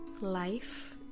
life